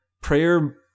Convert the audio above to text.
prayer